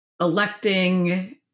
electing